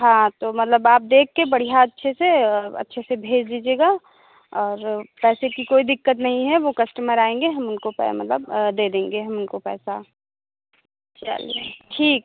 हाँ तो मतलब आप देख के बढ़िया अच्छे से अच्छे से भेज़ दीजिएगा और पैसे की कोई दिक्कत नई है वो कस्टमर आएँगे हम उनको मतलब दे देंगे हम उनको पैसा चलिए ठीक